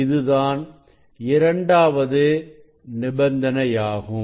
இது தான் இரண்டாவது நிபந்தனையாகும்